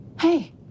hey